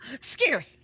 scary